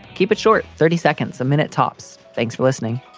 keep it short. thirty seconds a minute, tops. thanks for listening